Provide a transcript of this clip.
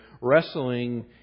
wrestling